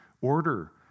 order